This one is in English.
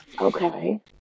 Okay